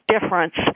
difference